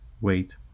wait